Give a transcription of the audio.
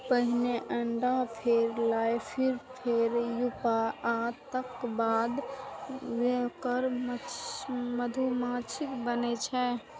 पहिने अंडा, फेर लार्वा, फेर प्यूपा आ तेकर बाद वयस्क मधुमाछी बनै छै